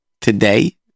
today